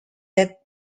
that